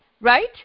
right